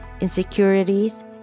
insecurities